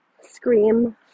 scream